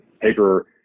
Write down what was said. paper